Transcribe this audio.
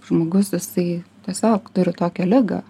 žmogus jisai tiesiog turi tokią ligą